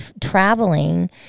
traveling